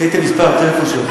תן לי את מספר הטלפון שלך,